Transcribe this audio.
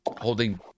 Holding